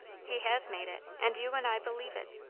he has made it, and you and i believe it.